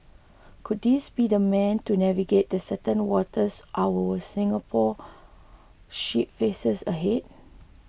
could this be the man to navigate the certain waters our Singapore ship faces ahead